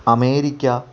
America